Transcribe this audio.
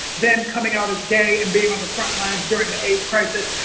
then coming out as gay and being on the frontlines during the aids crisis,